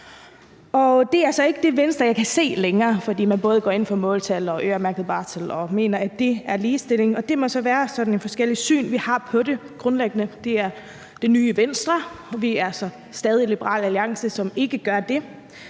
Det er så ikke det Venstre, jeg kan se længere, fordi man både går ind for måltal og øremærket barsel og mener, at det er ligestilling, og det må så være, fordi vi har et forskelligt syn på det grundlæggende. Det er det nye Venstre, og vi er stadig Liberal Alliance, som ikke gør det.